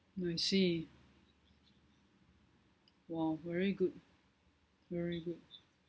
I see !wow! very good very good